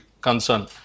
concern